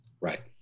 Right